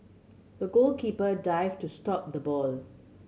the goalkeeper dived to stop the ball